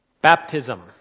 baptism